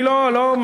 אני לא סונט.